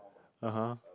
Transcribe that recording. (uh huh)